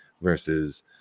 versus